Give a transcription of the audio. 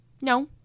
no